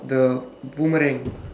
the boomerang